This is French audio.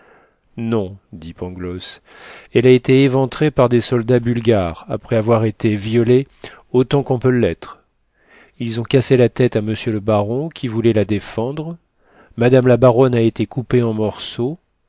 non dit pangloss elle a été éventrée par des soldats bulgares après avoir été violée autant qu'on peut l'être ils ont cassé la tête à monsieur le baron qui voulait la défendre madame la baronne a été coupée en morceaux